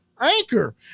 Anchor